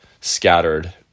scattered